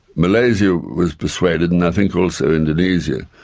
malaysia was persuaded, and i think also indonesia,